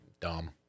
Dumb